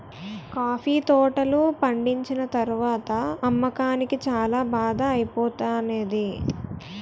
coffee తోటలు పండిచ్చిన తరవాత అమ్మకానికి చాల బాధ ఐపోతానేది